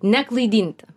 ne klaidinti